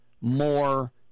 more